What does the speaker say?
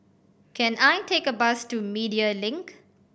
can I take a bus to Media Link